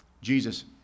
Jesus